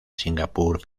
singapur